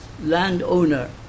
landowner